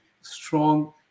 strong